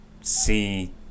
see